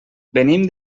venim